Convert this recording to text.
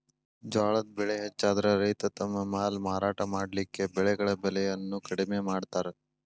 ಜ್ವಾಳದ್ ಬೆಳೆ ಹೆಚ್ಚಾದ್ರ ರೈತ ತಮ್ಮ ಮಾಲ್ ಮಾರಾಟ ಮಾಡಲಿಕ್ಕೆ ಬೆಳೆಗಳ ಬೆಲೆಯನ್ನು ಕಡಿಮೆ ಮಾಡತಾರ್